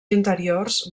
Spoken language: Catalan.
interiors